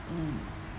mm